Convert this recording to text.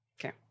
Okay